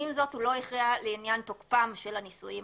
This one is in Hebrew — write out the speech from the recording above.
עם זאת הוא לא הכריע לעניין תוקפם של הנישואים